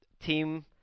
team